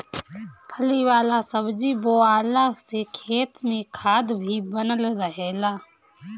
फली वाला सब्जी बोअला से खेत में खाद भी बनल रहेला